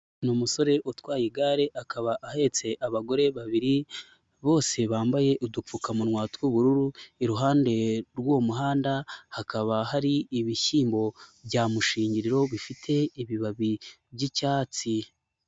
Ni umusore utwaye igare akaba ahetse abagore babiri bose bambaye udupfukamunwa tw'ubururu, iruhande rw'uwo muhanda hakaba hari ibishyimbo bya mushingiriro bifite ibibabi by'icyatsi.